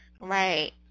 right